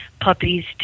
puppies